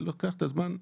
זה לוקח את הזמן קצת,